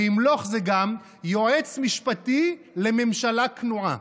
"וימלוך" זה גם יועץ משפטי לממשלה כנועה.